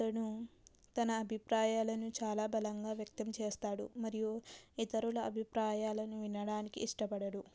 అతను తన అభిప్రాయాలను చాలా బలంగా వ్యక్తం చేస్తాడు మరియు ఇతరుల అభిప్రాయాలను వినడానికి ఇష్టపడడు